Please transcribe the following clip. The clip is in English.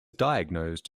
diagnosed